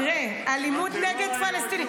תראה, אלימות נגד פלסטינים.